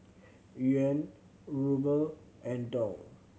Yuan Ruble and Dong